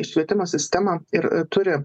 į švietimo sistemą ir turi